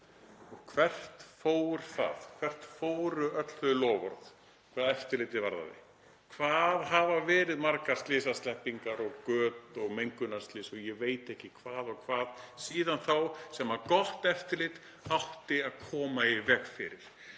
Hvernig fór það? Hvert fóru öll þau loforð hvað eftirlitið varðaði? Hvað hafa verið margar slysasleppingar og göt og mengunarslys og ég veit ekki hvað og hvað síðan þá sem gott eftirlit átti að koma í veg fyrir?